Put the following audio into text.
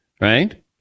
right